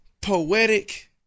poetic